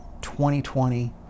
2020